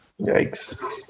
Yikes